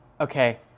okay